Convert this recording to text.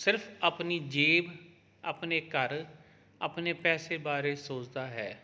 ਸਿਰਫ ਆਪਣੀ ਜੇਬ ਆਪਣੇ ਘਰ ਆਪਣੇ ਪੈਸੇ ਬਾਰੇ ਸੋਚਦਾ ਹੈ